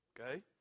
Okay